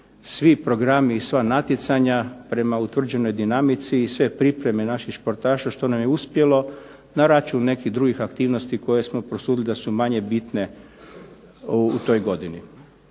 svi programi i sva natjecanja prema utvrđenoj dinamici i sve pripreme naših sportaša što nam je uspjelo na račun nekih drugih aktivnosti koje smo prosudili da su manje bitne u toj godini.